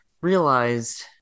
realized